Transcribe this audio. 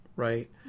Right